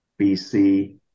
BC